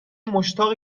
مشتاق